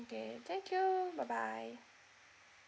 okay thank you bye bye